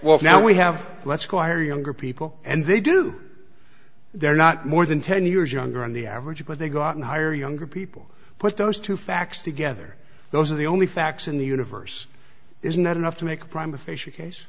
well now we have let's choir younger people and they do they're not more than ten years younger than the average but they go out and hire younger people put those two facts together those are the only facts in the universe is not enough to make a prim